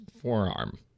forearm